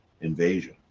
invasion